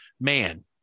man